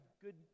good